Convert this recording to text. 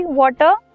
water